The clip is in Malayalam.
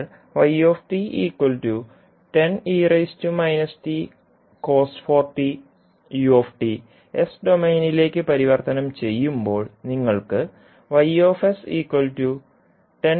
നിങ്ങൾ എസ് ഡൊമെയ്നിലേക്ക് പരിവർത്തനം ചെയ്യുമ്പോൾ നിങ്ങൾക്ക് ലഭിക്കും